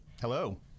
Hello